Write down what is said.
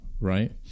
right